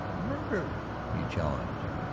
murdered! he challenged.